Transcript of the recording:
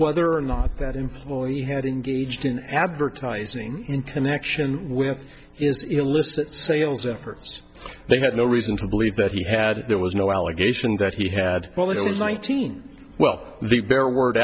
whether or not that employee had engaged in advertising in connection with his illicit sales efforts they had no reason to believe that he had there was no allegation that he had well the nineteen well the bear word